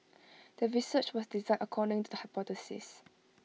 the research was designed according to the hypothesis